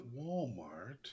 Walmart